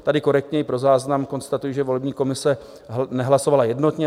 Tady korektně i pro záznam konstatuji, že volební komise nehlasovala jednotně.